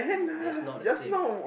that's not the same